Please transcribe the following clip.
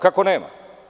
Kako nema.